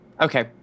Okay